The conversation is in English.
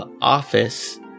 Office